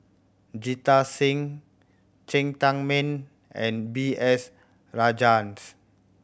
Jita Singh Cheng Tsang Man and B S Rajhans